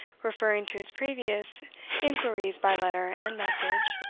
referring to his previous inquiries by letter and message,